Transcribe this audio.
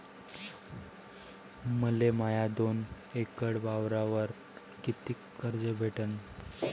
मले माया दोन एकर वावरावर कितीक कर्ज भेटन?